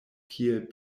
kiel